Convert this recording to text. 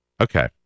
Okay